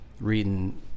reading